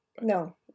no